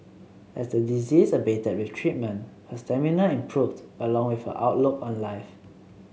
as the disease abated with treatment her stamina improved along with her outlook on life